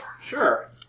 Sure